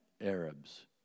Arabs